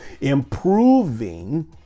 improving